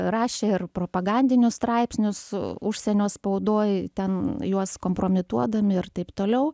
rašė ir propagandinius straipsnius užsienio spaudoj ten juos kompromituodami ir taip toliau